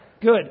Good